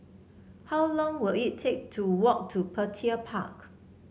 how long will it take to walk to Petir Park